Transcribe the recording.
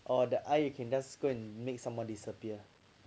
oh the eye you can just go and make someone disappear